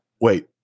Wait